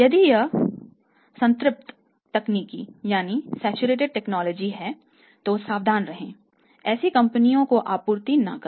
यदि यह संतृप्त तकनीक है तो सावधान रहें ऐसी कंपनियों को आपूर्ति न करें